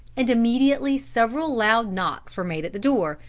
and immediately several loud knocks were made at the door,